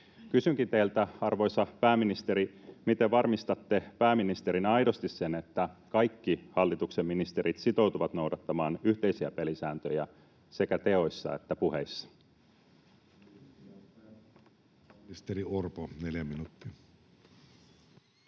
Kysynkin teiltä, arvoisa pääministeri: miten varmistatte pääministerinä aidosti sen, että kaikki hallituksen ministerit sitoutuvat noudattamaan yhteisiä pelisääntöjä sekä teoissa että puheissa? [Speech 87] Speaker: Jussi